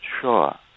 sure